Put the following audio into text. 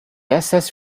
access